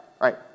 right